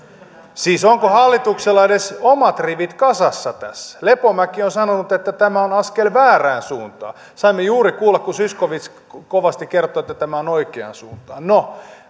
siis onko hallituksella edes omat rivit kasassa tässä lepomäki on sanonut että tämä on askel väärään suuntaan saimme juuri kuulla kun zyskowicz kovasti kertoi että tämä on oikeaan suuntaan no